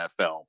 NFL